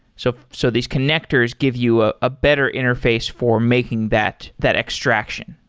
so so these connectors give you a ah better interface for making that that extraction.